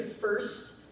first